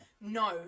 no